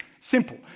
Simple